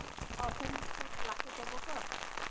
ꯑꯣ ꯑꯣꯏꯅ ꯂꯥꯛꯀꯦ ꯇꯧꯕ ꯀꯣ